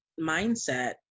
mindset